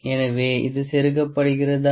எனவே இது செருகப்படுகிறதா